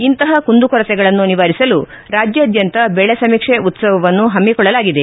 ಇಂತಹ ಕುಂದುಕೊರತೆಗಳನ್ನು ನಿವಾರಿಸಲು ರಾಜ್ಯಾದ್ಯಂತ ಬೆಳೆ ಸಮೀಕ್ಷೆ ಉತ್ತವವನ್ನು ಹಮ್ಕೊಳ್ಳಲಾಗಿದೆ